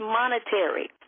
monetary